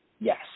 yes